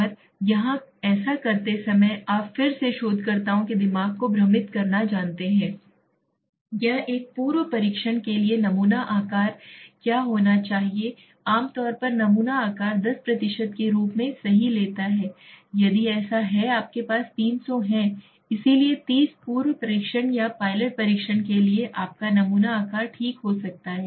और यहाँ ऐसा करते समय आप फिर से शोधकर्ताओं के दिमाग को भ्रमित करना जानते हैं एक पूर्व परीक्षण के लिए नमूना आकार क्या होना चाहिए आम तौर पर नमूना आकार 10 के रूप में सही लेता है यदि ऐसा है आपके पास 300 है इसलिए 30 पूर्व परीक्षण या पायलट परीक्षण के लिए आपका नमूना आकार ठीक हो सकता है